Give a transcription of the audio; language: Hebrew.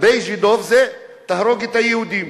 "בי ז'ידוב" זה "תהרוג את היהודים",